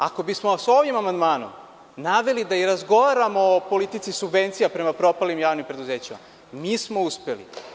Ako bismo vas ovim amandmanom naveli da i razgovaramo o politici subvencija prema propalim javnim preduzećima, mi smo uspeli.